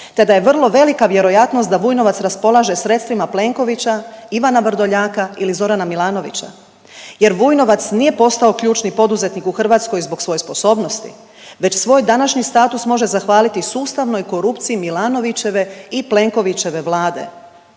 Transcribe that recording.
te da je vrlo velika vjerojatnost da Vujnovac raspolaže sredstvima Plenkovića, Ivana Vrdoljaka ili Zorana Milanovića jer Vujnovac nije postao ključni poduzetnik u Hrvatskoj zbog svoje sposobnosti već svoj današnji status može zahvaliti sustavnoj korupciji Milanovićeve i Plenkovićeve Vlade.